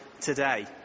today